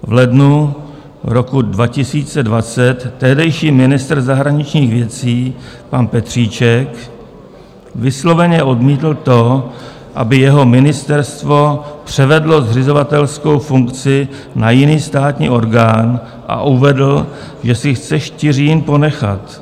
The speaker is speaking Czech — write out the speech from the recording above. V lednu roku 2020 tehdejší ministr zahraničních věcí pan Petříček vysloveně odmítl to, aby jeho ministerstvo převedlo zřizovatelskou funkci na jiný státní orgán, a uvedl, že si chce Štiřín ponechat.